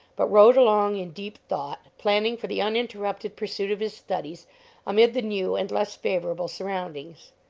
but rode along in deep thought, planning for the uninterrupted pursuit of his studies amid the new and less favorable surroundings.